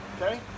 Okay